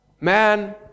Man